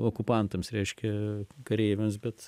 okupantams reiškia kareiviams bet